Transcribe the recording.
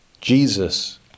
Jesus